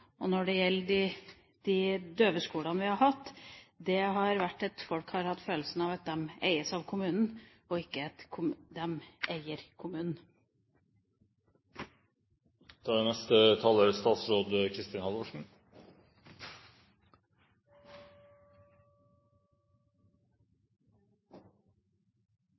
på når det gjelder tegnspråkkulturen, når det gjelder døvekulturen, og når det gjelder de døveskolene vi har hatt, har gjort at folk har hatt følelsen av at de eies av kommunen, og ikke at de eier kommunen. Inkludering er